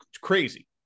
crazy